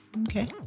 Okay